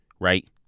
Right